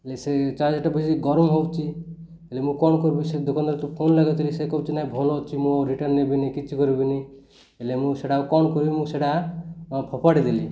ହେଲେ ସେ ଚାର୍ଜଟା ବେଶୀ ଗରମ ହେଉଛି ହେଲେ ମୁଁ କ'ଣ କରିବି ସେ ଦୋକାନରେ ତୁ ଫୋନ ଲାଗୁଥିଲି ସେ କହୁଛି ନାଇଁ ଭଲ ଅଛି ମୁଁ ରିଟର୍ଣ ନେବିନି କିଛି କରିବିନି ହେଲେ ମୁଁ ସେଇଟା ଆଉ କ'ଣ କରିବି ମୁଁ ସେଇଟା ଫୋପାଡ଼ି ଦେଲି